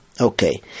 Okay